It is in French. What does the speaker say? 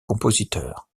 compositeur